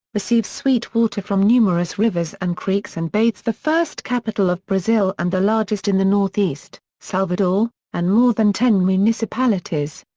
receives sweet water from numerous rivers and creeks and bathes the first capital of brazil and the largest in the northeast, salvador, and more than ten municipalities.